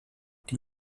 die